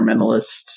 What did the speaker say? environmentalists